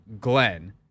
Glenn